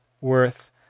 worth